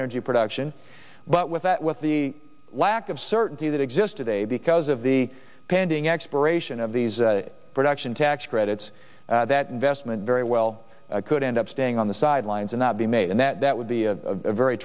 energy production but with that with the lack of certainty that exist today because of the pending expiration of these production tax credits that investment very well could end up staying on the sidelines and not be made and that would be a very